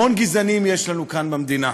המון גזענים יש לנו כאן במדינה.